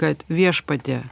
kad viešpatie